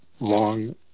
long